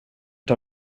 tar